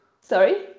Sorry